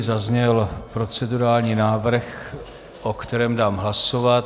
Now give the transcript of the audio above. Zazněl procedurální návrh, o kterém dám hlasovat.